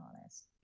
honest